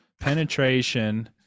penetration